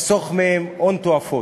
ותחסוך מהם הון תועפות.